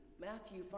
Matthew